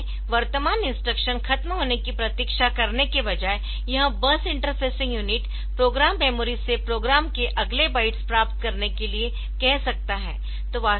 इसलिए वर्तमान इंस्ट्रक्शन खत्म होने की प्रतीक्षा करने के बजाय यह bus interfacing unit program memory से प्रोग्राम के अगले बाइट्स प्राप्त करने के लिए कह सकता है